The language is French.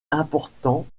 important